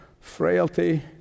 frailty